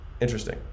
Interesting